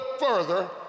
further